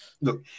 Look